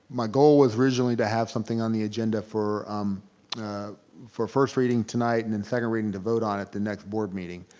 my goal was originally to have something on the agenda for um for first reading tonight and then and second reading to vote on it the next board meeting.